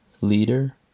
leader